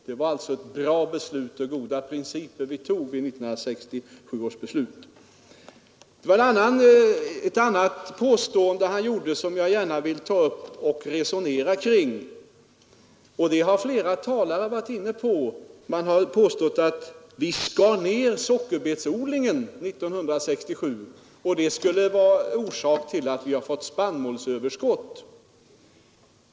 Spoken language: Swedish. Det var alltså ett bra beslut och goda principer vi bestämde oss för vid 1967 års riksdag. Det var också ett annat påstående han gjorde som jag gärna vill ta upp och resonera omkring. Flera talare har varit inne på det. Man har påstått att vi skar ner sockerbetsodlingen 1967 och att detta skulle vara orsak till att vi har fått spannmålsöverskott.